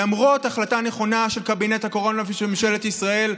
למרות החלטה נכונה של קבינט הקורונה ושל ממשלת ישראל,